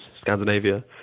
Scandinavia